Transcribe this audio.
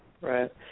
Right